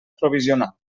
provisional